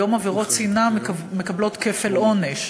היום עבירות שנאה מקבלות כפל עונש.